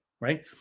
right